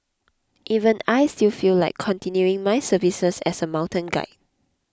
even I still feel like continuing my services as a mountain guide